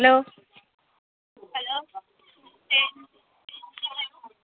hello